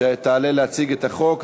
שתעלה להציג את החוק,